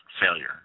failure